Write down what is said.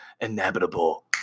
inevitable